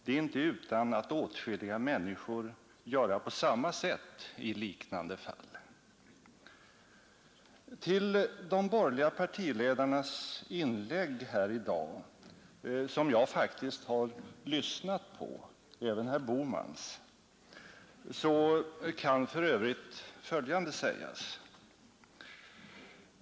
— Det är inte utan att åtskilliga människor göra på samma sätt i liknande fall.” Till de borgerliga partiledarnas inlägg här i dag, som jag faktiskt har lyssnat på — även herr Bohmans — kan för övrigt följande sägas.